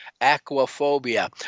aquaphobia